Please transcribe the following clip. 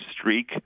streak